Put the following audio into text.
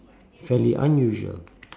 fairly unusual